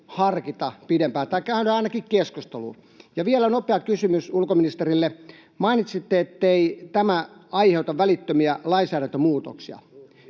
harkita pidempään tai käydä ainakin keskustelua? Ja vielä nopea kysymys ulkoministerille: Mainitsitte, ettei tämä aiheuta välittömiä lainsäädäntömuutoksia.